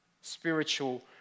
Spiritual